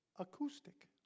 Acoustic